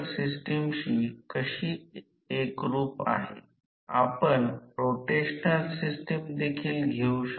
जे त्यापासून वजा करणे आवश्यक आहे जेव्हा सक्रीय यांत्रिक शक्ती प्राप्त करण्यासाठी संख्यात्मक काम केले जाईल